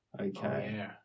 Okay